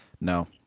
No